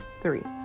three